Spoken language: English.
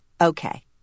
okay